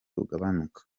ugabanuka